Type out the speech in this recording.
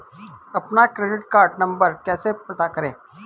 अपना credit card number कैसे पता करें?